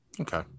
Okay